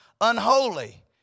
Unholy